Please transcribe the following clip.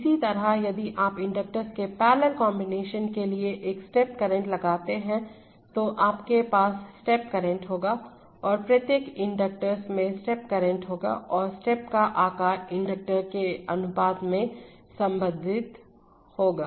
इसी तरह यदि आप इंडक्टर्स के पैरेलल कॉम्बिनेशन के लिए एक स्टेप करंट लगाते हैं तो आपके पास स्टेप करंट होगा और प्रत्येक इंडक्टर्स में स्टेप करंट होगा और स्टेप का आकार इंडक्टर्स के अनुपात से संबंधित होगा